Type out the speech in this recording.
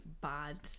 bad